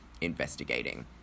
investigating